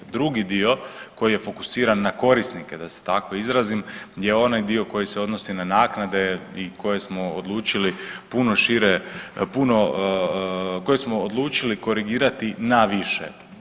Drugi dio koji je fokusiran na korisnike, da se tako izrazim je onaj dio koji se odnosi na naknade i koje smo odlučili puno šire, puno, koje smo odlučili korigirati na više.